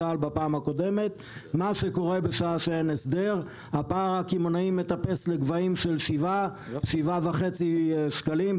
הוא שהפער הקמעונאי מטפס לגבהים של 7.5 שקלים,